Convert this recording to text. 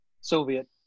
Soviet